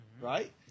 right